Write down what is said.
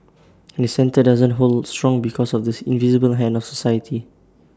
and the centre doesn't hold strong because of the invisible hand of society